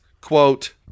quote